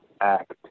act